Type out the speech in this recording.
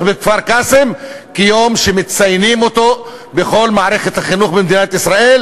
בכפר-קאסם כיום שמציינים בכל מערכת החינוך במדינת ישראל,